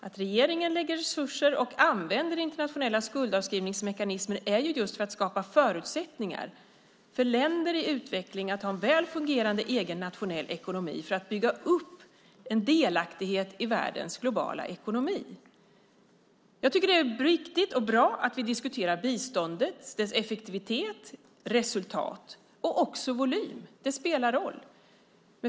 Att regeringen lägger resurser och använder internationella skuldavskrivningsmekanismer är just för att skapa förutsättningar för länder i utveckling att ha en väl fungerande egen nationell ekonomi för att bygga upp en delaktighet i världens globala ekonomi. Jag tycker att det är viktigt och bra att vi diskuterar biståndet, dess effektivitet, resultat och också volym. Det spelar roll.